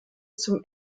zum